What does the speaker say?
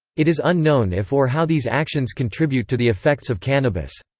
it is unknown if or how these actions contribute to the effects of cannabis.